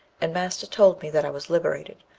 and master told me that i was liberated,